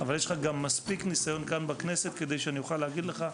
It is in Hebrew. אבל יש לך גם מספיק ניסיון כאן כדי שאני אוכל להגיד לך: